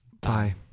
Bye